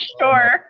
Sure